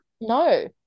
No